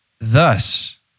Thus